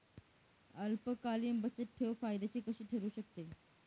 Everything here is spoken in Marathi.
अल्पकालीन बचतठेव फायद्याची कशी ठरु शकते?